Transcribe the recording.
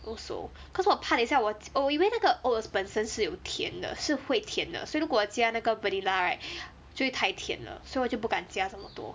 also cause 我怕等一下我我以为那个 oats 本身是有甜的是会甜的所以如果我加那个 vanilla right 就会太甜了所以我就不敢加这么多